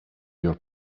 your